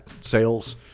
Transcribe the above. sales